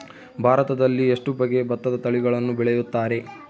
ಭಾರತದಲ್ಲಿ ಎಷ್ಟು ಬಗೆಯ ಭತ್ತದ ತಳಿಗಳನ್ನು ಬೆಳೆಯುತ್ತಾರೆ?